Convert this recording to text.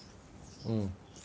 mm